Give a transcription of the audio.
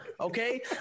okay